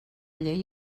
llei